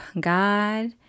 God